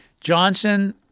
Johnson